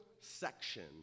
section